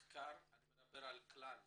אני מדבר על כלל